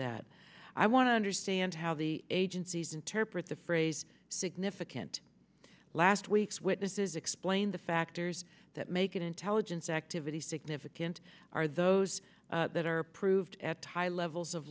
that i want to understand how the agencies interpret the phrase significant last week's witnesses explain the factors that make intelligence activity significant are those that are approved at high levels of